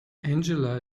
angela